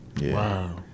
Wow